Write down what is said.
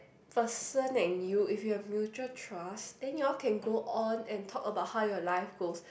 person and you if you have mutual trust then you all can go on and talk about how your life goes